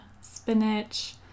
spinach